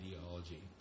ideology